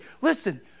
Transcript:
Listen